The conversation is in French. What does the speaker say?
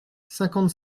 cinquante